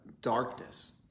darkness